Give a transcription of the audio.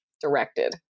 directed